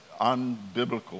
unbiblical